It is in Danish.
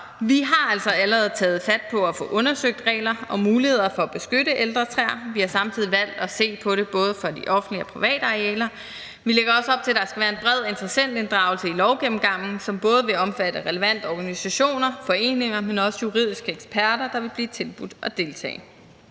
altså allerede taget fat på at få undersøgt regler og muligheder for at beskytte ældre træer. Vi har samtidig valgt at se på det både for de offentlige og de private arealer. Vi lægger også op til, at der skal være en bred interessentinddragelse i lovgennemgangen, som vil omfatte både relevante organisationer og foreninger, men også juridiske eksperter vil blive tilbudt at deltage.